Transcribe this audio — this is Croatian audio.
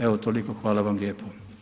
Evo toliko, hvala vam lijepo.